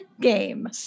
game